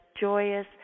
joyous